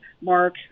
mark